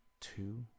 two